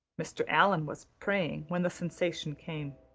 mr. allan was praying when the sensation came.